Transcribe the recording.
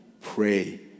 pray